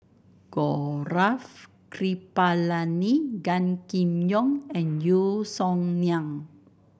Gaurav Kripalani Gan Kim Yong and Yeo Song Nian